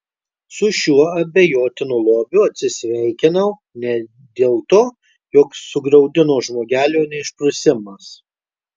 su šiuo abejotinu lobiu atsisveikinau ne dėl to jog sugraudino žmogelio neišprusimas